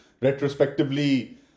retrospectively